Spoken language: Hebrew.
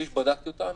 בלי שבדקתי אותם,